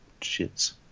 shits